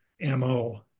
MO